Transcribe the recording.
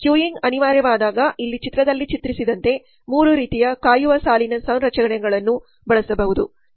queuing ಅನಿವಾರ್ಯವಾದಾಗ ಇಲ್ಲಿ ಚಿತ್ರದಲ್ಲಿ ಚಿತ್ರಿಸಿದಂತೆ 3 ರೀತಿಯ ಕಾಯುವ ಸಾಲಿನ ಸಂರಚನೆಗಳನ್ನು ಬಳಸಬಹುದು